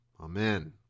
amen